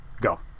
Go